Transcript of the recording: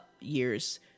years